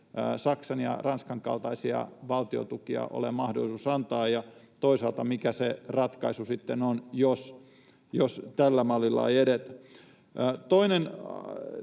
Saksan ja Ranskan kaltaisia valtiontukia ole mahdollisuus antaa, ja toisaalta, mikä se ratkaisu sitten on, jos tällä mallilla ei edetä. Toinen